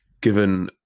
Given